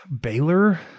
Baylor